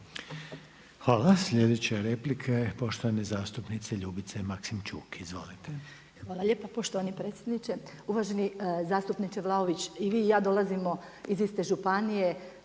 Hvala, slijedeća replika je poštovane zastupnice Ljubice Maksimčuk. Izvolite. **Maksimčuk, Ljubica (HDZ)** Hvala lijepa poštovani predsjedniče. Uvaženi zastupniče Vlaović, i vi i ja dolazimo iz iste županije,